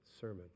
sermon